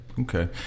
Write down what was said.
Okay